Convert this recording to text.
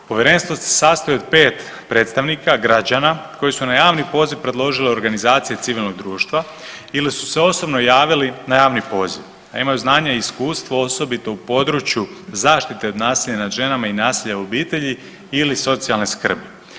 Povjerenstvo se sastoji od 5 predstavnika građana koji su na javni poziv predložili organizacije civilnog društva ili su se osobno javili na javni poziv, a imaju znanja i iskustvo osobito u području zaštite od nasilja nad ženama i nasilja u obitelji ili socijalne skrbi.